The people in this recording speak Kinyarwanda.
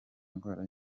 indwara